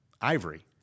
ivory